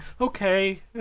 Okay